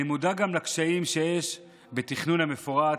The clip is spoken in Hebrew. אני מודע גם לקשיים שיש בתכנון המפורט,